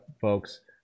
folks